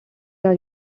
are